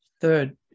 third